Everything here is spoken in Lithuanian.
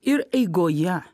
ir eigoje